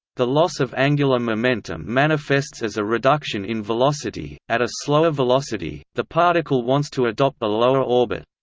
the loss of angular momentum manifests as a reduction in velocity at a slower velocity, the particle wants to adopt a lower orbit.